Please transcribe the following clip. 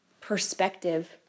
perspective